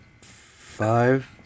Five